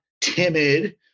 timid